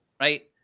right